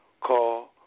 call